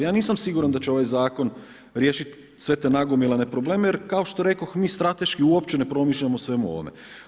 Ja nisam siguran da će ovaj zakon riješiti sve te nagomilane probleme jer kao što rekoh mi strateški uopće ne promišljamo o svemu ovome.